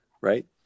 right